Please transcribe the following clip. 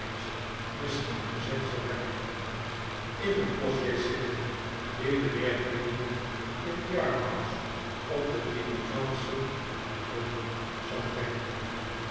misschien gezegd zou hebben in de postsjees zitten die mijnheer quinion in yarmouth op de diligence naar londen zou brengen